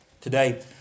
today